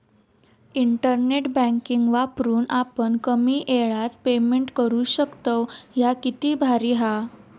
internet banking वापरून आपण कमी येळात पेमेंट करू शकतव, ह्या किती भारी हां